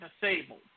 disabled